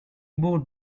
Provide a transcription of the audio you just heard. bourg